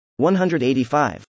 185